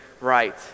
right